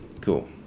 Cool